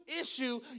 issue